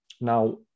Now